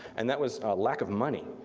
and that was lack of money.